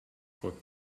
voor